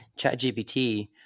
ChatGPT